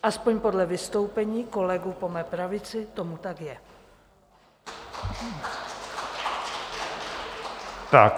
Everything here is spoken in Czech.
Aspoň podle vystoupení kolegů po mé pravici tomu tak je.